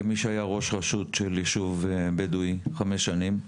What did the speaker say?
כמי שהיה ראש רשות של ישוב בדואי חמש שנים,